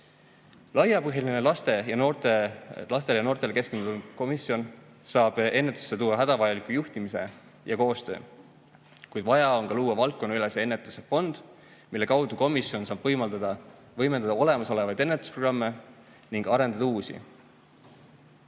Laiapõhjaline lastele ja noortele keskenduv komisjon saab ennetusse tuua hädavajaliku juhtimise ja koostöö. Kuid vaja on luua ka valdkonnaülese ennetuse fond, mille kaudu komisjon saab võimendada olemasolevaid ennetusprogramme ning arendada uusi.